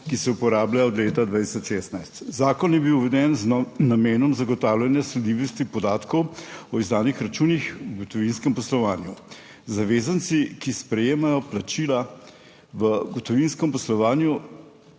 ki se uporablja od leta 2016. Zakon je bil uveden z namenom zagotavljanja sledljivosti podatkov o izdanih računih o gotovinskem poslovanju. Zavezanci, ki sprejemajo plačila v gotovinskem poslovanju